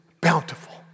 bountiful